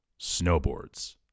Snowboards